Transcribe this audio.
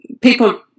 people